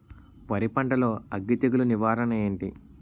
వరి పంటలో అగ్గి తెగులు నివారణ ఏంటి?